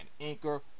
Anchor